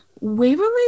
waverly